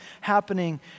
happening